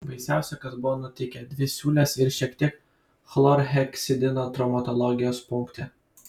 baisiausia kas buvo nutikę dvi siūlės ir šiek tiek chlorheksidino traumatologijos punkte